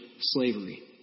slavery